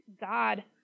God